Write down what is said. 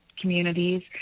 communities